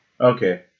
Okay